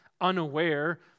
unaware